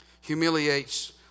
humiliates